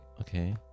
Okay